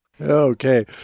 Okay